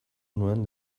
nuen